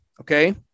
okay